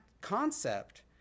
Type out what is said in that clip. concept